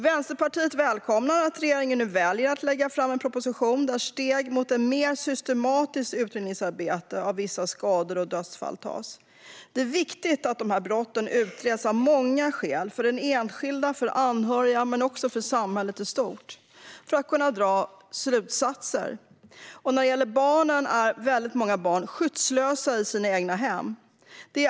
Vänsterpartiet välkomnar att regeringen nu väljer att lägga fram en proposition där steg mot ett mer systematiskt utredningsarbete av vissa skador och dödsfall tas. Det är viktigt att dessa brott utreds av många skäl - för den enskilde, för anhöriga och också för att samhället i stort ska kunna dra slutsatser. Många barn är skyddslösa i sina hem.